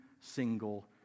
single